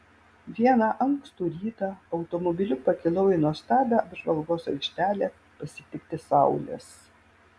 vieną ankstų rytą automobiliu pakilau į nuostabią apžvalgos aikštelę pasitikti saulės